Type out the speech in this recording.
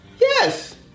Yes